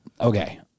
Okay